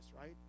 right